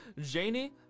Janie